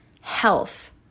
health